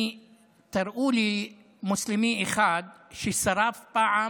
תראו לי מוסלמי אחד ששרף פעם